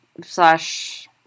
slash